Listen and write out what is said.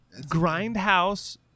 Grindhouse